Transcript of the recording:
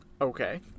okay